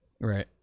Right